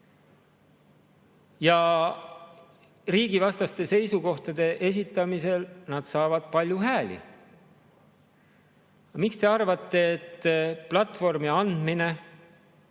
Ja riigivastaste seisukohtade esitamisel saavad nad palju hääli. Miks te arvate, et platvormi andmine